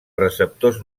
receptors